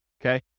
okay